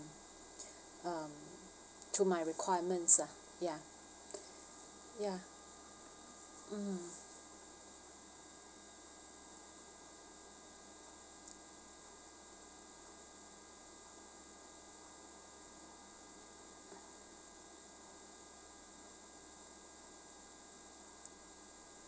um to my requirements ah ya ya mmhmm